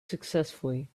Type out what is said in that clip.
successfully